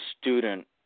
student